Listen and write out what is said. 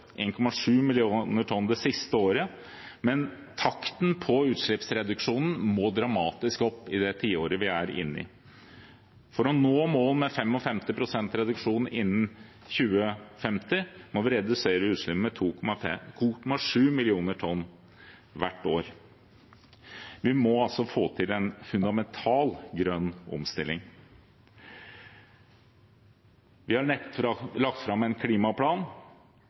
millioner tonn det siste året – men takten på utslippsreduksjonen må dramatisk opp i det tiåret vi er inne i. For å nå målet om 55 pst. reduksjon innen 2050 må vi redusere utslippene med 2,7 millioner tonn hvert år. Vi må altså få til en fundamental grønn omstilling. Vi har lagt fram en klimaplan,